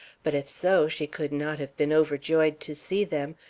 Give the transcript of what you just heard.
but if so, she could not have been overjoyed to see them,